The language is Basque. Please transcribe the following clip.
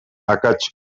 akats